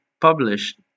published